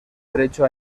derecho